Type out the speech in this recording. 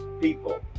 people